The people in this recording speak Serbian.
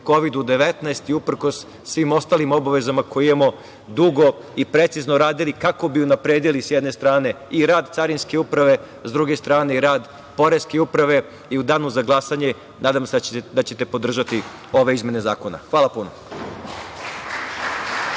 Kovid-19 i uprkos svim ostalim obavezama koje imamo, dugo i precizno radili kako bi unapredili s jedne strane i rad carinske uprave, s druge strane i rad poreske uprave.U Danu za glasanje nadam se da ćete podržati ove izmene zakona. Hvala puno.